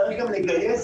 שנייה,